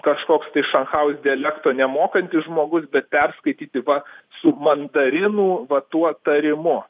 kažkoks tai šanchajaus dialekto nemokantis žmogus bet perskaityti va su mandarinų va tuo tarimu